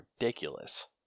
ridiculous